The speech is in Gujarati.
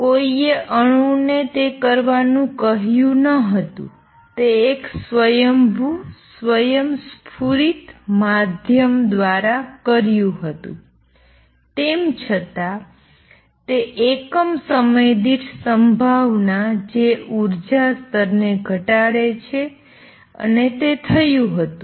કોઈએ અણુને તે કરવાનું કહ્યું ન હતું તે એક સ્વયંભૂ સ્વયંસ્ફુરિત માધ્યમ દ્વારા કર્યું હતું તેમ છતાં તે એકમ સમય દીઠ સંભાવના જે ઉર્જા સ્તરને ઘટાડે છે અને તે થયુ હતુ